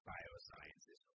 Biosciences